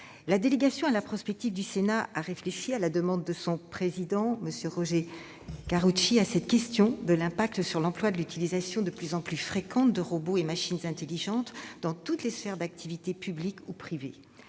La délégation à la prospective du Sénat a réfléchi, à la demande de son président, M. Roger Karoutchi, à la question de l'impact sur l'emploi de l'utilisation de plus en plus fréquente de robots et de machines intelligentes dans toutes les sphères d'activité, publiques ou privées.